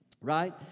right